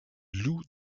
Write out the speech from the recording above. loue